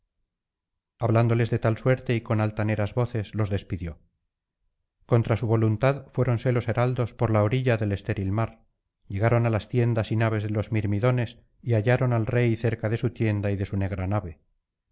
hablándoles de tal suerte y con altaneras voces los despidió contra su voluntad fuéronse los heraldos por la orilla del estéril mar llegaron á las tiendas y naves de los mirmidones y hallaron al rey cerca de su tienda y de su negra nave